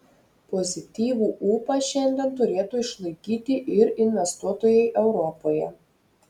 pozityvų ūpą šiandien turėtų išlaikyti ir investuotojai europoje